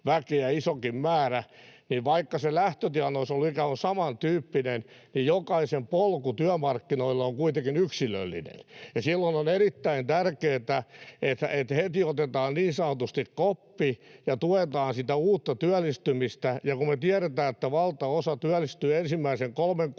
väkeä isokin määrä — niin vaikka se lähtötilanne olisi ollut ikään kuin samantyyppinen, niin jokaisen polku työmarkkinoilla on kuitenkin yksilöllinen, ja silloin on erittäin tärkeää, että heti otetaan niin sanotusti koppi ja tuetaan sitä uutta työllistymistä. Me tiedetään, että valtaosa työllistyy ensimmäisen kolmen kuukauden